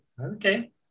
okay